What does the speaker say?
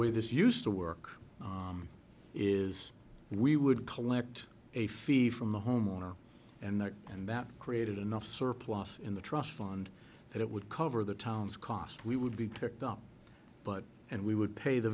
way this used to work is we would collect a fee from the homeowner and that and that created enough surplus in the trust fund that it would cover the town's cost we would be picked up but and we would pay the